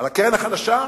על הקרן החדשה?